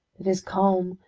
that his calm,